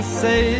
say